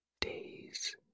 Days